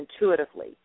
intuitively